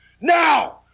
Now